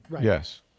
Yes